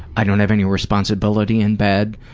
i don't have any responsibility in bed.